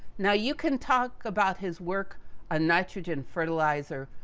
now, you can talk about his work on nitrogen fertilizer,